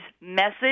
message